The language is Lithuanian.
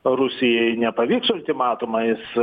rusijai nepavyks ultimatumais